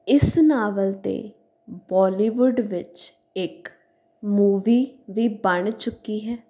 ਇਸ ਨਾਵਲ 'ਤੇ ਬੋਲੀਵੁੱਡ ਵਿੱਚ ਇੱਕ ਮੂਵੀ ਵੀ ਬਣ ਚੁੱਕੀ ਹੈ